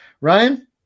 Ryan